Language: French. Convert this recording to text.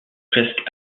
presque